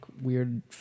weird